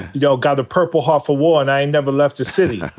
yo, got a purple heart for war and i ain't never left the city. yeah